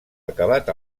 acabat